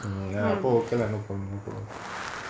mm அபோ:apo okay lah no problem no problem